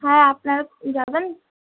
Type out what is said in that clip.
হ্যাঁ আপনারা কি যাবেন